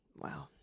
Wow